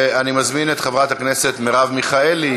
ואני מזמין את חברת הכנסת מרב מיכאלי,